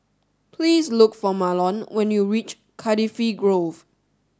please look for Marlon when you reach Cardifi Grove